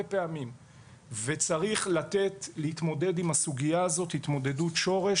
פעמים וצריך להתמודד עם הסוגיה הזאת התמודדות שורש.